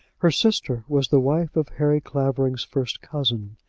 her sister was the wife of harry clavering's first cousin,